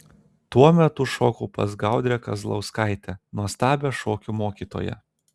tuo metu šokau pas gaudrę kazlauskaitę nuostabią šokių mokytoją